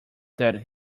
that